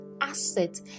asset